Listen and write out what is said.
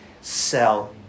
sell